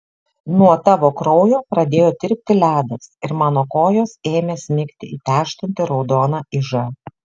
nuo tavo kraujo pradėjo tirpti ledas ir mano kojos ėmė smigti į tęžtantį raudoną ižą